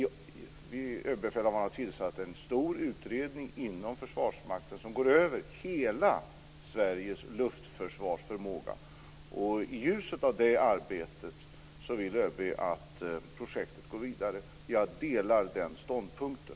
Överbefälhavaren har tillsatt inom Försvarsmakten en stor utredning över hela Sveriges luftförsvarsförmåga. I ljuset av det arbetet vill ÖB att projektet går vidare. Jag delar den ståndpunkten.